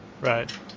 Right